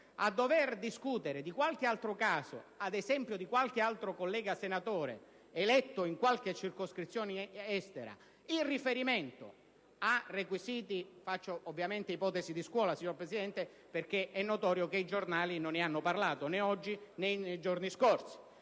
a dover discutere di qualche altro caso - ad esempio - di un collega senatore eletto in qualche luogo della Circoscrizione estero, in riferimento ai requisiti - faccio ovviamente ipotesi di scuola, signor Presidente, perché è notorio che i giornali non ne hanno parlato né oggi né nei giorni scorsi